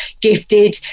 gifted